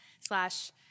slash